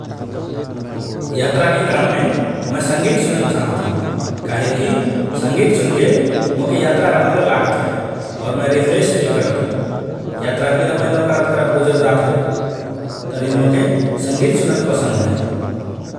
यात्राकि क्रममे मए संगीत सुनन चाहत हओं । काहेकि संगीत सुनके मोके यात्रा रमइलो लागत हए, और मए रिफ्रेस फिल करत हओं । तभि मोके संगीत सुनन पसन्द हए ।